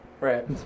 Right